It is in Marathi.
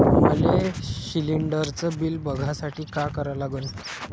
मले शिलिंडरचं बिल बघसाठी का करा लागन?